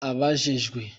abajejwe